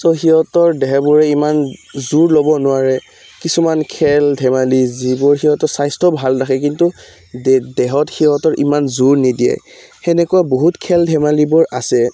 চ' সিহঁতৰ দেহবোৰে ইমান জোৰ ল'ব নোৱাৰে কিছুমান খেল ধেমালি যিবোৰ সিহঁতৰ স্বাস্থ্য ভাল থাকে কিন্তু দেহত সিহঁতৰ ইমান জোৰ নিদিয়ে সেনেকুৱা বহুত খেল ধেমালিবোৰ আছে